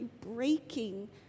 breaking